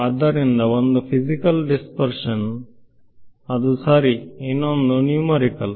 ಆದ್ದರಿಂದ ಒಂದು physical dispersion ಅದು ಸರಿ ಇನ್ನೊಂದು ನ್ಯೂಮರಿಕಲ್